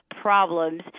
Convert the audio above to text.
problems